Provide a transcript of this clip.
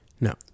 no